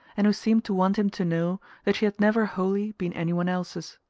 and who seemed to want him to know that she had never wholly been any one else's.